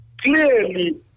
clearly